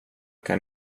kan